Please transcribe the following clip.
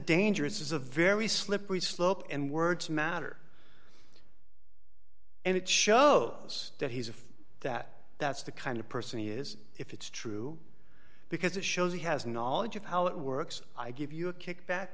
dangerous is a very slippery slope and words matter and it shows that he's afraid that that's the kind of person he is if it's true because it shows he has knowledge of how it works i give you a kickback